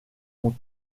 ont